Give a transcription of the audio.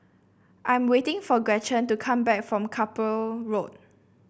I'm waiting for Gretchen to come back from Carpmael Road